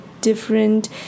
different